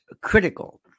critical